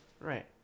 Right